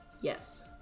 yes